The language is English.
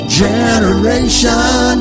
generation